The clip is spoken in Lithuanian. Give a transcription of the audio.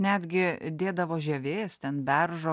netgi dėdavo žievės ten beržo